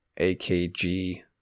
AKG